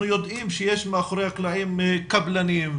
יודעים שיש מאחורי הקלעים קבלנים,